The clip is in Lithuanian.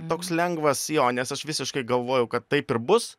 toks lengvas jo nes aš visiškai galvojau kad taip ir bus